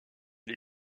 les